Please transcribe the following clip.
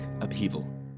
upheaval